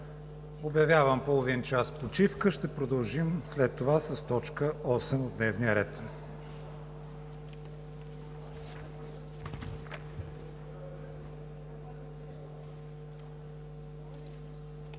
Обявявам половин час почивка. Ще продължим след това с т. 8 от дневния ред.